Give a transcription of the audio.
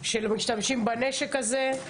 שמשתמשים בנשק הזה.